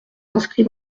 inscrit